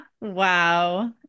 Wow